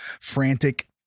frantic